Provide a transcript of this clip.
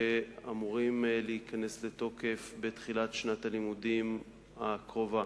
שאמורים להיכנס לתוקף בתחילת שנת הלימודים הקרובה.